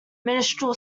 ministerial